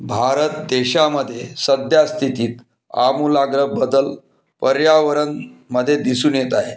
भारत देशामध्ये सध्या स्थितीत आमूलाग्र बदल पर्यावरणामध्ये दिसून येत आहे